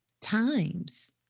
times